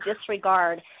disregard